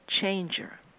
changer